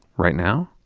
right now?